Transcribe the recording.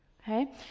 Okay